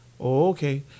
okay